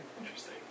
Interesting